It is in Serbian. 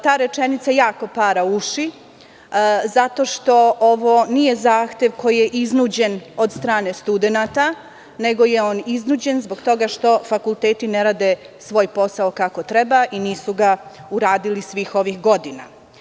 Ta rečenica jako para uši zato što ovo nije zahtev koji je iznuđen od strane studenata, nego je on iznuđen zbog toga što fakulteti ne rade svoj posao kako treba i nisu ga radili svih ovih godina.